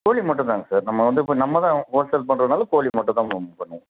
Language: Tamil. கோழி மட்டும் தாங்க சார் நம்ம வந்து இப்போ நம்ம தான் ஹோல்சேல் பண்ணுறதுனால கோழி மட்டும் தான் நம்ம பண்ணுவோம்